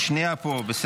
הוא שנייה פה.